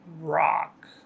Rock